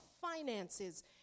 finances